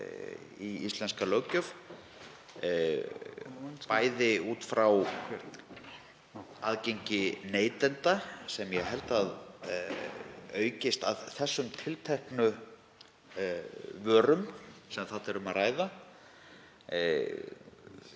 í íslenska löggjöf, m.a. út frá aðgengi neytenda sem ég held að aukist að þessum tilteknu vörum sem þarna er um að ræða.